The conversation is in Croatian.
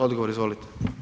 Odgovor, izvolite.